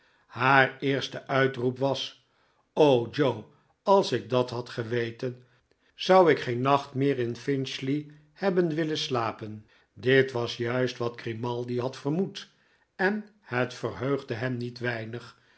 haar eerste uitroep was joe als ik dat had geweten zou ik geen nacht meer in p i n c hley hebben willen slapen dit was juist wat grimaldi had vermoed en het verheugde hem niet weinig